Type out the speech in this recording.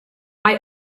mae